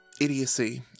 idiocy